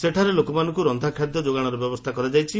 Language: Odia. ସେଠାରେ ଲୋକମାନଙ୍କୁ ରକ୍ଷାଖାଦ୍ୟ ଯୋଗାଶର ବ୍ୟବସ୍ଷା କରାଯାଇଛି